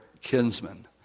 kinsman